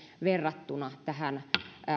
verrattuna tähän